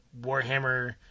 Warhammer